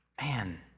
Man